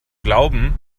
glauben